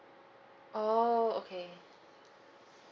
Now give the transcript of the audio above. oh okay